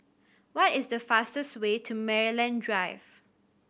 what is the fastest way to Maryland Drive